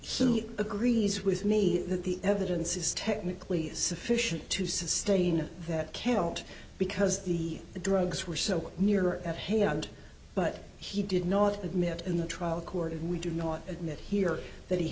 conviction agrees with me that the evidence is technically sufficient to sustain that can't because the drugs were so near at hand but he did not admit in the trial court if we do not admit here that he